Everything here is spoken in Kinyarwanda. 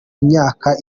imyaka